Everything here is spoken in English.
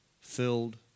filled